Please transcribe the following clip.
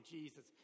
Jesus